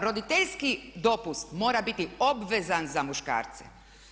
Roditeljski dopust mora biti obvezan za muškarce.